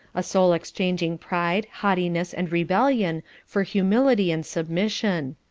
a soul exchanging pride, haughtiness, and rebellion for humility and submission.